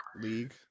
league